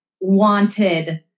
wanted